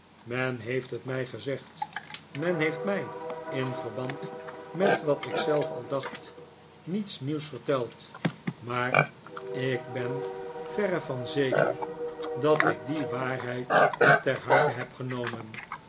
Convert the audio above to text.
men heeft het mij gezegd men heeft mij in verband met wat ik zelf al dacht niets nieuws verteld maar ik ben verre van zeker dat ik die waarheid ter harte heb genomen